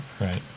Right